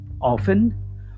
Often